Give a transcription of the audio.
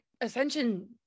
ascension